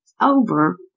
over